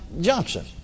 Johnson